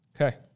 Okay